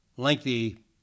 lengthy